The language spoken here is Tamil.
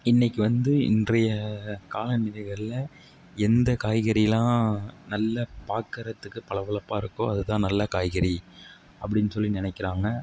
இன்றைக்கு வந்து இன்றைய காலநிலைகளில் எந்த காய்கறிலாம் நல்ல பார்க்குறதுக்கு பளபளப்பாக இருக்கோ அது தான் நல்ல காய்கறி அப்படினு சொல்லி நினைக்குறாங்க